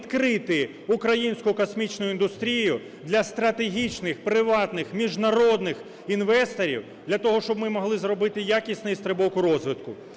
відкрити українську космічну індустрію для стратегічних, приватних, міжнародних інвесторів, для того щоб ми змогли зробити якісний стрибок у розвитку.